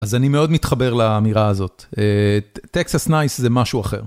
אז אני מאוד מתחבר לאמירה הזאת, טקסס נייס זה משהו אחר.